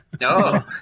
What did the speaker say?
No